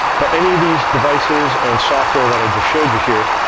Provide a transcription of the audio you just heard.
but any of these devices and software that i just showed you here,